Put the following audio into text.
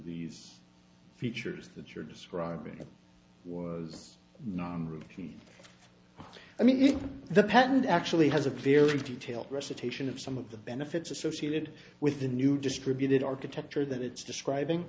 these features that you're describing was non rupie i mean the patent actually has a very detailed recitation of some of the benefits associated with the new distributed architecture that it's describing